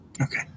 Okay